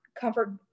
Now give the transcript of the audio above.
comfort